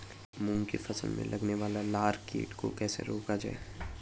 मूंग की फसल में लगने वाले लार कीट को कैसे रोका जाए?